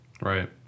Right